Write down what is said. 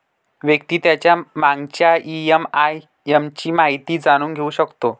व्यक्ती त्याच्या मागच्या ई.एम.आय ची माहिती जाणून घेऊ शकतो